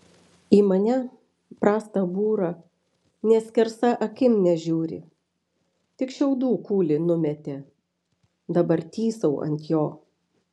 į mane prastą būrą nė skersa akim nežiūri tik šiaudų kūlį numetė dabar tysau ant jo